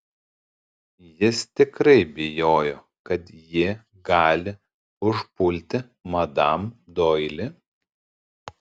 jis tikrai bijojo kad ji gali užpulti madam doili